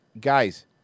Guys